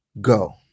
Go